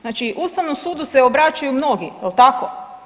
Znači Ustavnom sudu se obraćaju mnogi jel' tako?